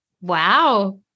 Wow